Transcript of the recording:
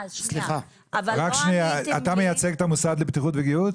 אתה מייצג את המוסד לבטיחות ולגיהות?